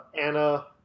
Anna